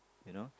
you know